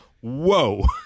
whoa